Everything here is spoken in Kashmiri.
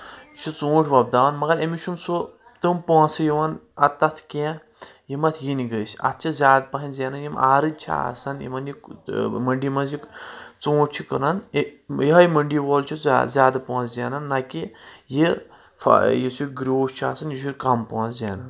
یہِ چھُ ژوٗنٛٹھۍ وۄپداون مگر أمِس چھُنہٕ سُہ تِم پونٛسہٕ یِوان اَتتھ کینٛہہ یِم اتھ یِنہِ گٔژھۍ اتھ چھِ زیادٕ پہم زینٕنۍ یِم آرٕچ چھِ آسن یِمن یہِ مٔنٛڈی منٛز یہِ ژوٗنٛٹھۍ چھِ کٕنان یِہوے مٔنٛڈی وول چھُ زیادٕ پونٛسہٕ زینن نہ کہِ یہِ یُس یہِ گروٗس چھُ آسن یہِ چھُ کم پونٛسہٕ زینان